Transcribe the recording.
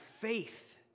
faith